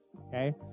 okay